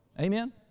Amen